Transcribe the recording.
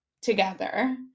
together